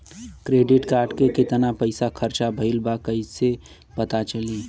Credit card के कितना पइसा खर्चा भईल बा कैसे पता चली?